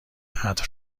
عطر